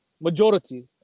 majority